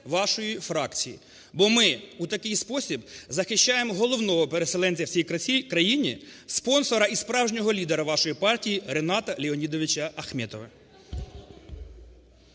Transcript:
вашої фракції. Бо ми у такий спосіб захищаємо головного переселенця у цій країні, спонсора і справжнього лідера вашої партії – Ріната Леонідовича Ахметова.